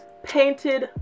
painted